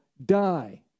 die